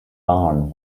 barn